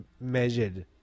measured